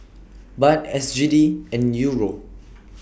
Baht S G D and Euro